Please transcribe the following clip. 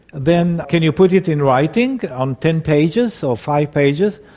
then can you put it in writing on ten pages or five pages?